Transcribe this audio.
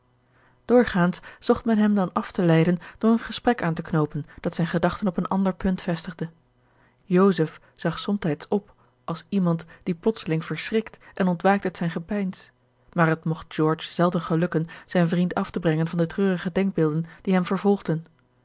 zocht men hem dan af te leiden door een gesprek aan te knoopen dat zijne gedachten op een ander punt vestigde joseph zag somtijds op als iemand die plotseling verschrikt en ontwaakte uit zijn gepeins maar het mogt george zelden gelukken zijn vriend af te brengen van de treurige denkbeelden die hem vervolgden